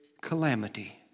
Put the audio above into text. calamity